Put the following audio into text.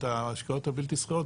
את ההשקעות הבלתי סחירות,